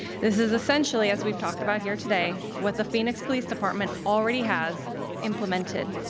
this is essentially, as we've talked about here today, what the phoenix police department already has implemented.